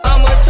I'ma